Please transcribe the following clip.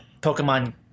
Pokemon